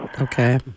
Okay